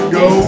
go